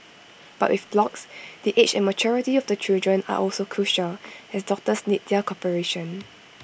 but with blocks the age and maturity of the children are also crucial as doctors need their cooperation